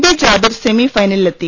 P Jabir semi ഫൈനലിലെത്തി